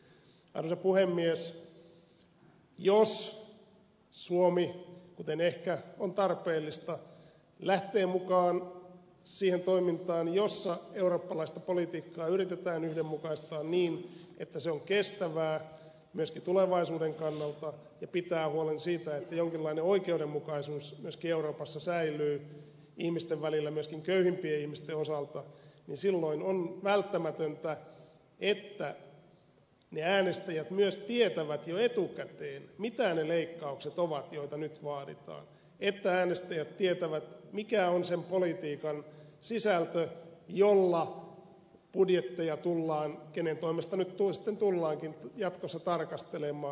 jos suomi kuten ehkä on tarpeellista lähtee mukaan siihen toimintaan jossa eurooppalaista politiikkaa yritetään yhdenmukaistaa niin että se on kestävää myöskin tulevaisuuden kannalta ja pitää huolen siitä että jonkinlainen oikeudenmukaisuus myöskin euroopassa säilyy ihmisten välillä myöskin köyhim pien ihmisten osalta niin silloin on välttämätöntä että äänestäjät myös tietävät jo etukäteen mitä ne leikkaukset ovat joita nyt vaaditaan että äänestäjät tietävät mikä on sen politiikan sisältö jolla budjetteja tullaan kenen toimesta sitten tullaankin jatkossa tarkastelemaan